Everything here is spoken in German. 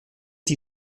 die